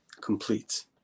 complete